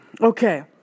okay